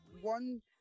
one